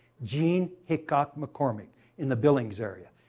jean hickok mccormick in the billings area.